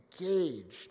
engaged